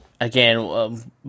again